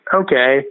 okay